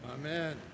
Amen